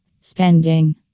Spending